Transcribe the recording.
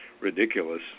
ridiculous